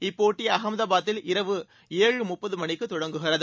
இப்போட்டி அகமதாபாத்தில் இரவு ஏழு முப்பது மணிக்கு தொடங்குகிறது